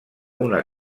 una